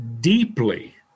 deeply